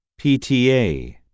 PTA